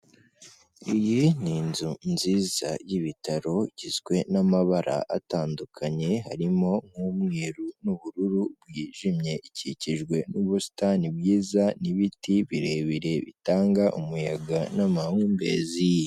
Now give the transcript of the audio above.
Iyi ni inzu nziza y'ibitaro, igizwe n'amabara atandukanye, harimo nk'umweru n'ubururu bwijimye, ikikijwe n'ubusitani bwiza n'ibiti birebire bitanga umuyaga n'amahumbezi.